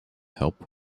help